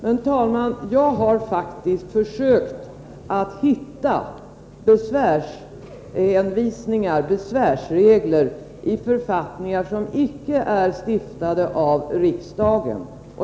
Men, herr talman, jag har faktiskt försökt att hitta besvärsregler i författningar som icke är stiftade av riksdagen.